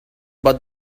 but